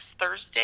Thursday